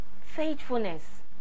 faithfulness